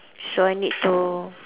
so I need to